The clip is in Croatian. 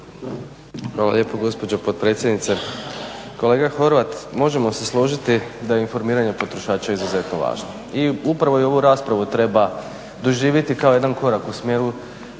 Hvala lijepo gospođo potpredsjednice. Kolega Horvat, možemo se složiti da informiranje potrošača izuzetno važno i upravo i ovu raspravu treba doživiti kao jedan korak u smjeru